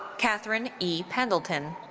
katherine e. pendleton.